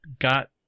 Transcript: got